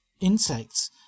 insects